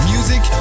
Music